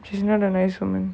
she's not a nice woman